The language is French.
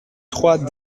trois